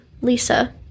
Lisa